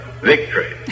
victory